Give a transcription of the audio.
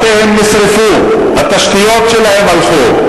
בתיהם נשרפו, התשתיות שלהם הלכו,